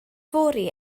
fory